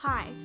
Hi